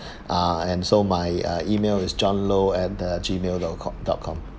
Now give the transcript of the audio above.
uh and so my uh email is john low at Gmail dot dot com